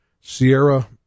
Sierra